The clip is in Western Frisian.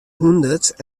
hûndert